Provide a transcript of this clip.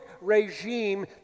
regime